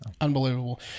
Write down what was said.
Unbelievable